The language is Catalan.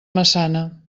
massana